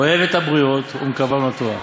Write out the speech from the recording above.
אוהב את הבריות ומקרבן לתורה."